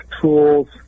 tools